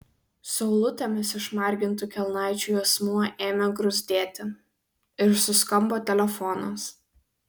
saulutėmis išmargintų kelnaičių juosmuo ėmė gruzdėti ir suskambo telefonas